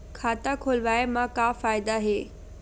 खाता खोलवाए मा का फायदा हे